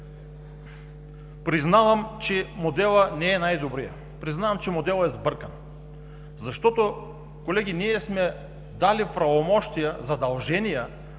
Признавам, че моделът не е най-добрият! Признавам, че моделът е сбъркан! Защото, колеги, ние сме дали правомощия, задължения